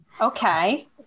Okay